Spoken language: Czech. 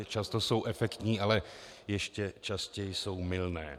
Často jsou efektní, ale ještě častěji jsou mylné.